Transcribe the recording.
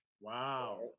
Wow